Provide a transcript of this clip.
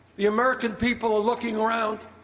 the american people are looking around